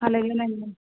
అలాగేనండి